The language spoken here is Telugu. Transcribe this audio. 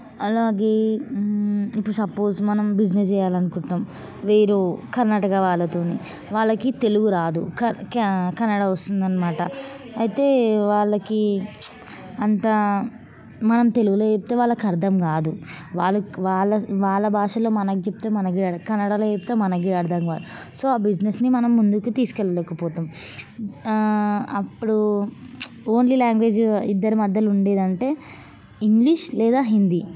అలాగే ఇప్పుడు సపోస్ మనం బిజినెస్ చేయాలి అనుకుంటాము వీరు కర్ణాటక వాళ్ళతో వాళ్ళకి తెలుగు రాదు కన్నడ వస్తుందన్నమాట అయితే వాళ్ళకి అంతా మనం తెలుగులో చెబితే వాళ్ళకి అర్థం కాదు వాళ్ళ వాళ్ళ వాళ్ళ భాషలో మనకి చెబితే మనకి కన్నడలో చెబితే మనకి అర్థం కాదు సో ఆ బిజినెస్ని మనం ముందుకు తీసుకు వెళ్ళలేకపోతాము అప్పుడు ఓన్లీ లాంగ్వేజ్ ఇద్దరి మధ్యలో ఉండేది అంటే ఇంగ్లీష్ లేదా హిందీ